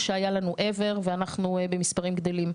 שהיה לנו אי פעם ואנחנו במספרים גדלים.